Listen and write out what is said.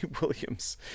Williams